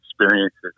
experiences